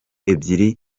ebyiri